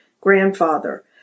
grandfather